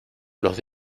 los